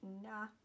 nah